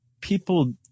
people